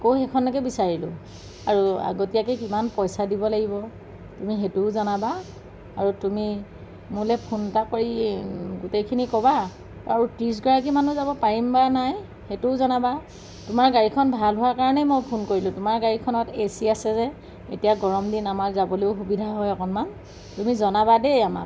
আকৌ সেইখনকে বিচাৰিলোঁ আৰু আগতীয়াকে কিমান পইচা দিব লাগিব তুমিও সেইটোও জনাবা আৰু আমি মোৰলৈ ফোন এটা কৰি গোটেইখিনি ক'বা আৰু ত্ৰিছগৰাকী মানুহ যাব পাৰিম বা নাই সেইটোও জনাবা তোমাৰ গাড়ীখন ভাল হোৱাৰ কাৰণেই মই ফোন কৰিলোঁ তোমাৰ গাড়ীখনত এ চি আছে যে এতিয়া গৰম দিন আমাৰ যাবলৈয়ো সুবিধা হয় অকনমান তুমি জনাবা দেই আমাক